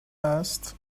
است